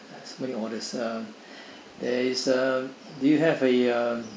so many orders uh there is uh do you have a uh